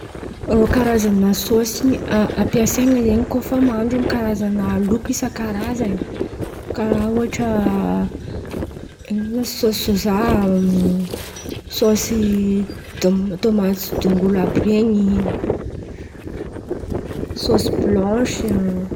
Rô Karazan̈a sôsy ampiasain̈a zen̈y koa fa mahandro aminy Karazan̈a loky isakazany karà ohatra sôsy soza, sôsy tômaty sy dongolo àby ren̈y, sôsy blanse.